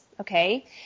Okay